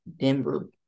Denver